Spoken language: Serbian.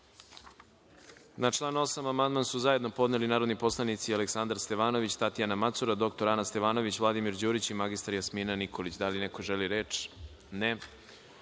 Na član 8. amandman su zajedno podneli narodni poslanici Aleksandar Stevanović, Tatjana Macura, dr Ana Stevanović, Vladimir Đurić i mr Jasmina Nikolić. Da li neko želi reč? Ne. Na